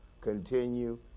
Continue